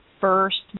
first